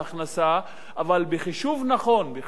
אבל בחישוב נכון, בחישוב ארוך טווח,